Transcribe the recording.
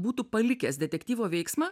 būtų palikęs detektyvo veiksmą